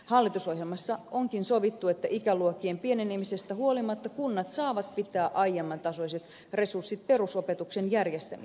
hallitusohjelmassa onkin sovittu että ikäluokkien pienenemisestä huolimatta kunnat saavat pitää aiemman tasoiset resurssit perusopetuksen järjestämiseen